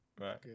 right